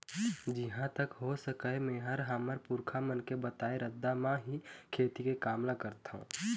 जिहाँ तक हो सकय मेंहा हमर पुरखा मन के बताए रद्दा म ही खेती के काम ल करथँव